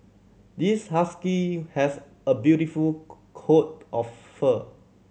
this husky has a beautiful coat of fur